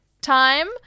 time